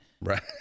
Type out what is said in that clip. right